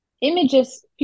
Images